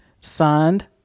Signed